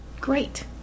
great